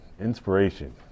Inspiration